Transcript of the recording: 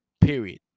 period